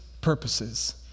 purposes